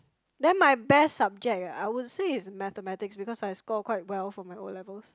then my best subject ah I would say is mathematics because I score quite well for my O-levels